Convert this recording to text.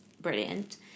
brilliant